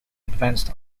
advanced